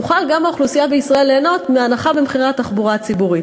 תוכל גם האוכלוסייה בישראל ליהנות מהנחה במחירי התחבורה הציבורית.